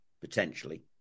potentially